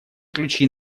ключи